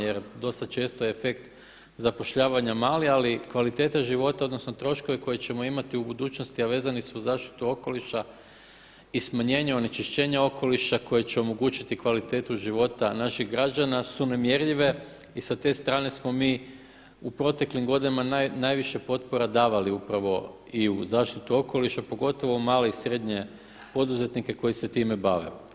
Jer dosta često je efekt zapošljavanja mali, ali kvaliteta života, odnosno troškovi koje ćemo imati u budućnosti a vezani su uz zaštitu okoliša i smanjenje onečišćenja okoliša koje će omogućiti kvalitetu života naših građana su nemjerljive i sa te strane smo mi u proteklim godinama najviše potpora davali upravo i u zaštitu okoliša pogotovo male i srednje poduzetnike koji se time bave.